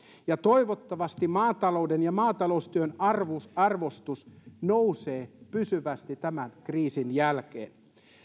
ja toivottavasti maatalouden ja maataloustyön arvostus arvostus nousee pysyvästi tämän kriisin jälkeen